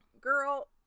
girl